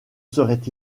serait